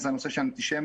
זה הנושא של אנטישמיות.